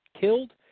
killed